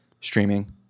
streaming